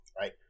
right